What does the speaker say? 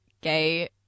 gay